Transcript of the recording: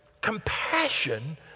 compassion